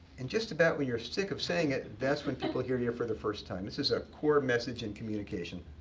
and just about when you're sick of saying it, that's when people hear you for the first time. this is a core message in communication.